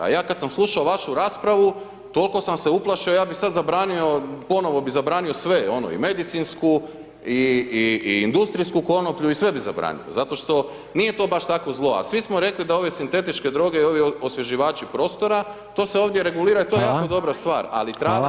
Ja kad sam slušao vašu raspravu, toliko sam se uplašio, ja bi sad zabranio, ponovo bi zabranio sve, ono i medicinsku i industrijsku konoplju i sve bi zabranio, zato što nije to baš takvo zlo, a svi smo rekli da ove sintetičke droge i ovi osvježivači prostora, to se ovdje regulira [[Upadica: Hvala]] i to je jako dobra stvar, ali [[Upadica: Hvala]] trava nije to.